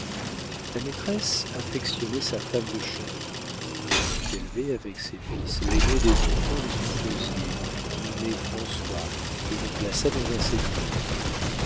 la maîtresse affectionnait sa femme de chambre elle fit élever avec ses fils l'aîné des enfants de son closier nommé françois et le plaça dans un séminaire